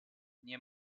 nie